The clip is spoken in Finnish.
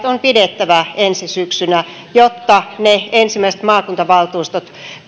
on pidettävä ensi syksynä jotta ensimmäiset maakuntavaltuustot